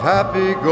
Happy